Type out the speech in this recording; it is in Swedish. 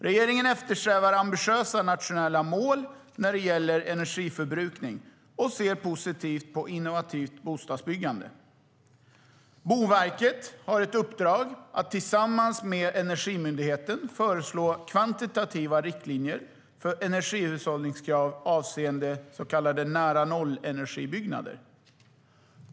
Regeringen eftersträvar ambitiösa nationella mål när det gäller energiförbrukning och ser positivt på innovativt bostadsbyggande. Boverket har ett uppdrag att tillsammans med Energimyndigheten föreslå kvantitativa riktlinjer för energihushållningskrav avseende så kallade nära-nollenergibyggnader.